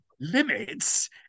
limits